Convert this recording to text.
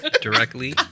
directly